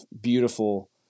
beautiful